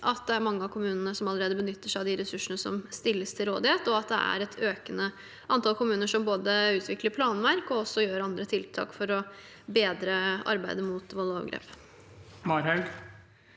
at det er mange av kommunene som allerede benytter seg av de ressursene som stilles til rådighet, og at det er et økende antall kommuner som både utvikler planverk og gjør andre tiltak for å bedre arbeidet mot vold og overgrep. Sofie Marhaug